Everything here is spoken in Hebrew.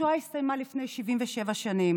השואה הסתיימה לפני 77 שנים,